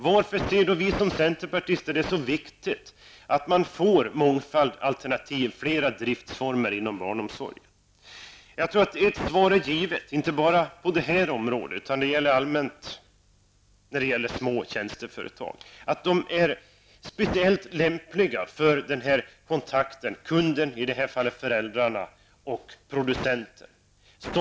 Varför anser vi centerpartister att det är så viktigt att man får mångfald, alternativ och flera driftsformer inom barnomsorgen? Jag tror att ett svaret är givet. Det gäller inte bara på det här området utan allmänt när det är fråga om små tjänsteföretag. Dessa är speciellt lämpliga för verksamheter där kontakten med kunden -- i det här fallet föräldrarna -- och producenten är betydelsefull.